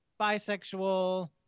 bisexual